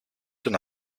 τον